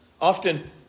often